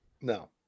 No